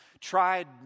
tried